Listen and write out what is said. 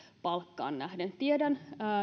palkkaan nähden tiedän